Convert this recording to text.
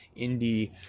indie